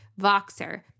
Voxer